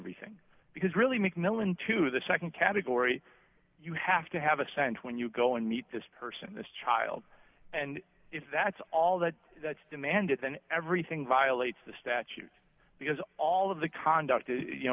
everything because really mcmillan to the nd category you have to have a sense when you go and meet this person this child and if that's all that that's demanded then everything violates the statute because all of the conduct